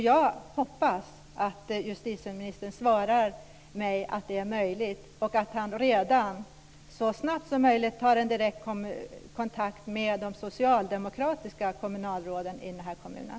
Jag hoppas att justitieministern svarar mig att det är möjligt och att han så snabbt som möjligt tar en direkt kontakt med de socialdemokratiska kommunalråden i kommunen.